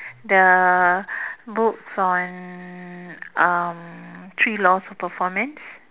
the books on um three laws of performance